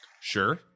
Sure